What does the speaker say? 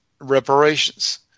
Reparations